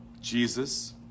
Jesus